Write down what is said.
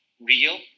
real